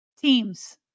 teams